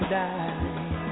die